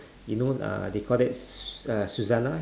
you know uh they call that s~ uh suzzanna